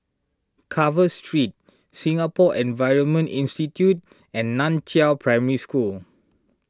Carver Street Singapore Environment Institute and Nan Chiau Primary School